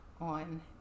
on